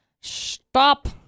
Stop